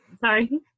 sorry